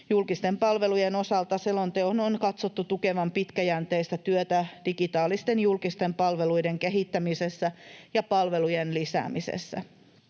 Julkisten palvelujen osalta selonteon on katsottu tukevan pitkäjänteistä työtä digitaalisten julkisten palveluiden kehittämisessä ja palvelujen lisäämisessä.